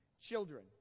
children